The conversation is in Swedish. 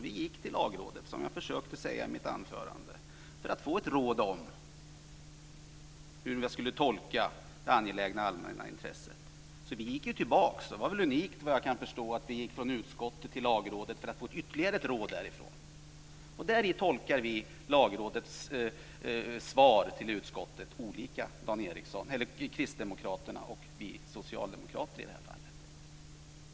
Vi gick till Lagrådet, som jag försökte säga i mitt anförande, för att få ett råd om hur vi skulle tolka det angelägna allmänna intresset. Vi gick tillbaka. Det var väl unikt, kan jag förstå, att vi gick från utskottet till Lagrådet för att få ytterligare ett råd därifrån. I det här fallet tolkade kristdemokraterna och vi socialdemokrater Lagrådets svar till utskottet olika.